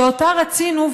שאותה רצינו.